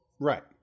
Right